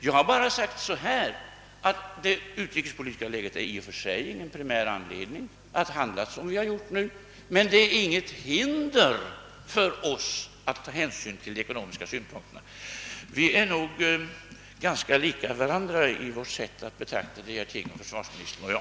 Jag har sagt att det utrikespolitiska läget i och för sig inte är någon primär anledning till att handla som vi har gjort men att det inte heller hindrar oss att ta hänsyn till de ekonomiska synpunkterna. Vi är ganska lika varandra i vårt sätt att betrakta dessa ting, försvarsministern och jag.